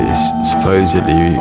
supposedly